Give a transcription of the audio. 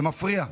זה מפריע.